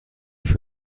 فکر